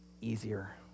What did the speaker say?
easier